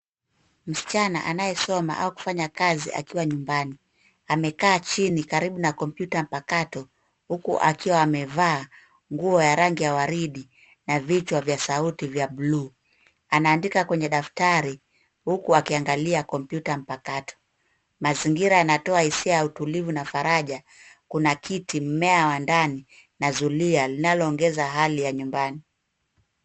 Msichana nayesoma au kufanya kazi akiwa nyumbani. Amekaa chini karibu na kompyuta mpakato huku akiwa amevaa nguo ya rangi ya waridi na vichwa vya sauti vya buluu. Anaandika kwenye daftari huku akiangalia kompyuta mpakato. Mazingira yanatoa hisia ya utulivu na faraja. Kuna kiti, mmea wa ndani na zulia linaloongeza hali ya nyumbani.